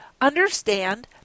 understand